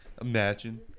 imagine